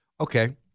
okay